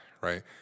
right